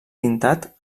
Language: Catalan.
pintat